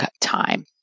time